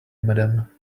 madam